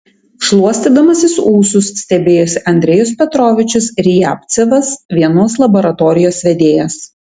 šluostydamasis ūsus stebėjosi andrejus petrovičius riabcevas vienos laboratorijos vedėjas